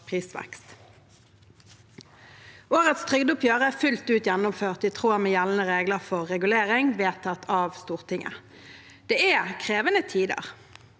prisvekst. Årets trygdeoppgjør er fullt ut gjennomført i tråd med gjeldende regler for regulering, vedtatt av Stortinget. Det er krevende tider.